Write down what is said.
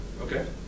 Okay